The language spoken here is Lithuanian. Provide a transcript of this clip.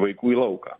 vaikų į lauką